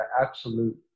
absolute